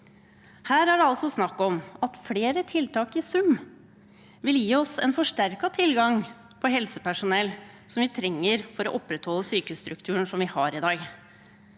Her er det altså snakk om at flere tiltak i sum vil gi oss en forsterket tilgang på helsepersonell, som vi trenger for å opprettholde sykehusstrukturen som vi har i dag.